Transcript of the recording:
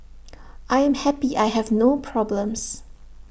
I am happy I have no problems